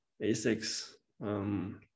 ASICS